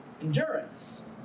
endurance